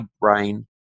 brain